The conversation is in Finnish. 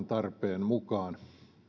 tarpeen mukaan